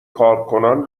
کارکنان